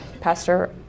pastor